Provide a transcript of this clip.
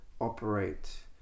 operate